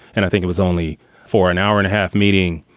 and i think it was only for an hour and a half meeting,